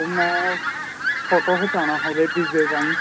ओह् मैं फोटो खचाना हा उ'दे वीजे ताईं